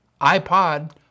iPod